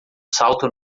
salto